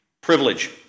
privilege